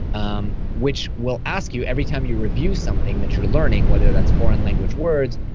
um which will ask you every time you review something that you're learning, whether that's foreign language words,